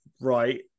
right